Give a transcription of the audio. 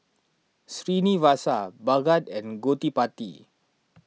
Srinivasa Bhagat and Gottipati